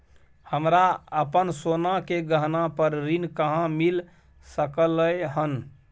हमरा अपन सोना के गहना पर ऋण कहाॅं मिल सकलय हन?